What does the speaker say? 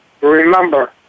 remember